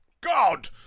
God